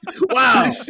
Wow